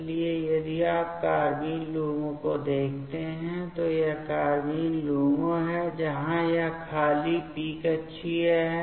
इसलिए यदि आप कार्बाइन LUMO देखते हैं तो यह कार्बाइन LUMO है जहां यह खाली p कक्षीय है